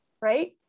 right